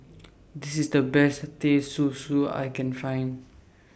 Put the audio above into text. This IS The Best Teh Susu I Can Find